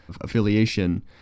affiliation